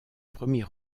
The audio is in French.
premier